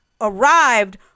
arrived